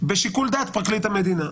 בשיקול דעת פרקליט המדינה.